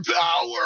power